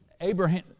Abraham